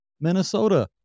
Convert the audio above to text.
Minnesota